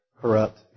corrupt